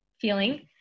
feeling